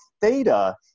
theta